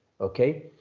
okay